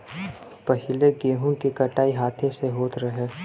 पहिले गेंहू के कटाई हाथे से होत रहे